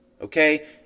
okay